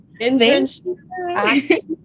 internship